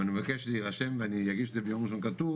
אבל אני מבקש שזה יירשם ואני אגיש את זה ביום ראשון בכתב.